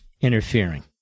interfering